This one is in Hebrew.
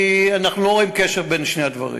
כי אנחנו לא רואים קשר בין שני הדברים.